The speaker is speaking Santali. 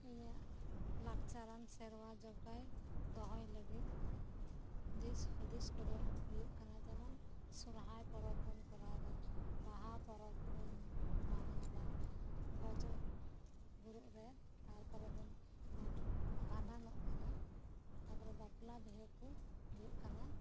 ᱤᱧᱟᱹᱜ ᱞᱟᱠᱪᱟᱨᱟᱱ ᱥᱮᱨᱣᱟ ᱡᱚᱜᱟᱣ ᱫᱚᱦᱚᱭ ᱞᱟᱜᱤᱫ ᱫᱤᱥ ᱦᱩᱫᱤᱥ ᱠᱚᱫᱚ ᱦᱩᱭᱩᱜ ᱠᱟᱱᱟ ᱡᱮᱢᱚᱱ ᱥᱚᱨᱦᱟᱭ ᱯᱚᱨᱚᱵᱽ ᱵᱚᱱ ᱠᱚᱨᱟᱣ ᱫᱟ ᱵᱟᱦᱟ ᱯᱚᱨᱚᱵᱽ ᱵᱚᱱ ᱢᱟᱱᱟᱣ ᱫᱟ ᱜᱚᱡᱚᱜ ᱜᱩᱨᱩᱜ ᱨᱮ ᱛᱟᱨ ᱯᱚᱨᱮ ᱵᱚᱱ ᱵᱟᱯ ᱵᱷᱟᱸᱰᱟᱱᱚᱜ ᱠᱟᱱᱟ ᱛᱟᱯᱚᱨᱮ ᱵᱟᱯᱞᱟ ᱵᱤᱦᱟᱹ ᱠᱚ ᱦᱩᱭᱩᱜ ᱠᱟᱱᱟ